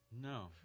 No